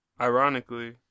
Ironically